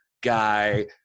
guy